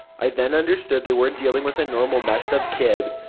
i then understood they weren't dealing with a normal messed up kid.